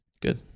Good